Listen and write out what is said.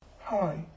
Hi